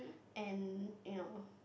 and you know